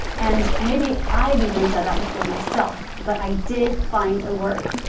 and maybe i've even said that before myself but i did find a word.